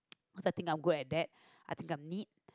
cause I think I'm good at that I think I'm neat